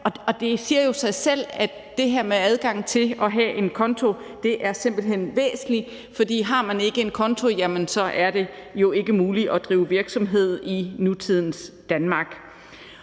Og det siger jo sig selv, at det her med adgangen til at have en konto simpelt hen er væsentligt, for har man ikke en konto, så er det ikke muligt at drive virksomhed i nutidens Danmark.